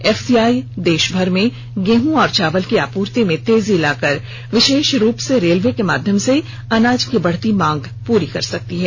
FCI देशभर में गेहूं और चावल की आपूर्ति में तेजी लाकर विशेष रूप से रेलवे के माध्यम से अनाज की बढ़ती मांग पूरी कर सकती है